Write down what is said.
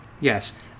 Yes